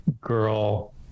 girl